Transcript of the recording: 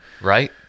Right